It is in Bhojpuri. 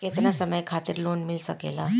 केतना समय खातिर लोन मिल सकेला?